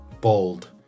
bold